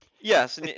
Yes